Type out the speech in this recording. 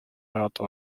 ajada